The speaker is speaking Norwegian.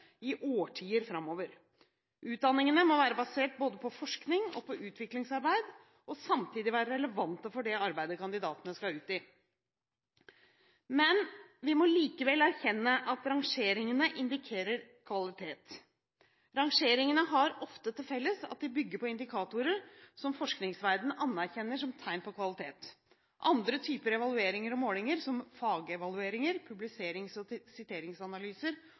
i årtier framover. Utdanningene må være basert både på forskning og på utviklingsarbeid og samtidig være relevante for det arbeidet kandidatene skal ut i. Vi må likevel erkjenne at rangeringene indikerer kvalitet. Rangeringene har ofte til felles at de bygger på indikatorer som forskningsverdenen anerkjenner som tegn på kvalitet. Andre typer evalueringer og målinger, som fagevalueringer, publiserings- og siteringsanalyser